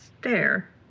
stare